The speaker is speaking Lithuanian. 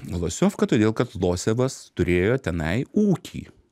nu losiovka todėl kad losevas turėjo tenai ūkį